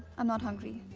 i'm not hungry.